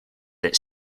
that